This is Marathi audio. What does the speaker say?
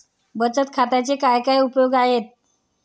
बचत खात्याचे काय काय उपयोग आहेत?